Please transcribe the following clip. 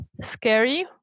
scary